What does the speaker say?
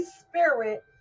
spirit